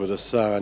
כבוד השר,